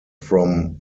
from